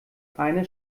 eine